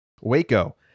Waco